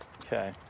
Okay